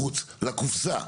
מחוץ לקופסה,